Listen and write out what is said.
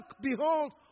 behold